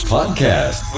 Podcast